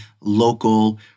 local